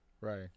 right